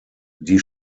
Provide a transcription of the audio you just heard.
die